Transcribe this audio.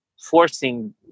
forcing